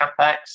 capex